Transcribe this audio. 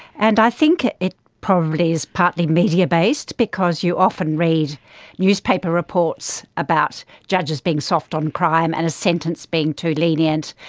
and i think it probably is partly media based because you often read newspaper reports about judges being soft on crime and a sentence being too lenient.